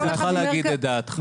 זכותך להגיד את דעתך.